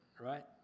right